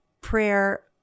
prayer